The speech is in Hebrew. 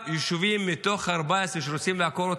שבשבעה יישובים מתוך 14 שרוצים לעקור,